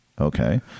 Okay